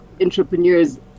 entrepreneurs